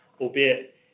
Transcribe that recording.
albeit